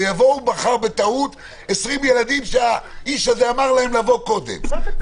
ויבואו מחר בטעות 20 ילדים שהאיש הזה אמר להם קודם --- איזה טעות?